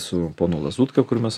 su ponu lazutka kur mes